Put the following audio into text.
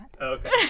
Okay